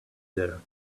there